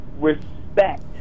respect